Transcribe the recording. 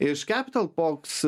iš capitalbox